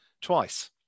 twice